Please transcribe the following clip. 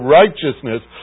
righteousness